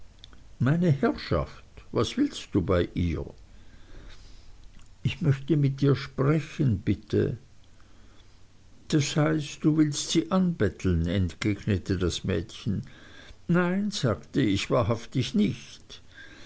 meine herrschaft was willst du bei ihr ich möchte mit ihr sprechen bitte das heißt du willst sie anbetteln entgegnete das mädchen nein sagte ich wahrhaftig nicht